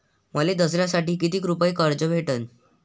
मले दसऱ्यासाठी कितीक रुपये कर्ज भेटन?